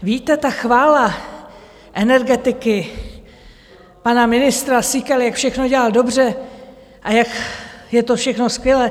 Víte, ta chvála energetiky, pana ministra Síkely, jak všechno dělal dobře a jak je to všechno skvělé...